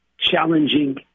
challenging